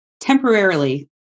Temporarily